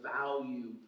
value